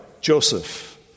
Joseph